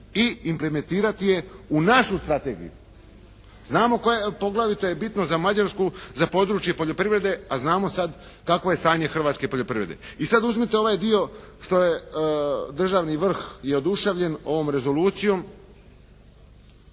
i implementirati u našu strategiju. Znamo poglavito je bitno za Mađarsku za područje poljoprivrede a znamo sada kakvo je stanje hrvatske poljoprivrede. I sada uzmite ovaj dio što je državni vrh i oduševljen ovom rezolucijom